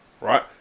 right